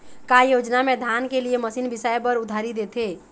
का योजना मे धान के लिए मशीन बिसाए बर उधारी देथे?